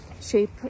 shape